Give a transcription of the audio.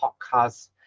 podcast